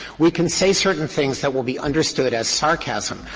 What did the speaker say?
we can say certain things that will be understood as sarcasm.